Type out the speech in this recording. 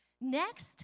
Next